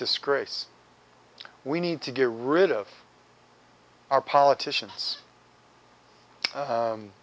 disgrace we need to get rid of our politicians